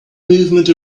movement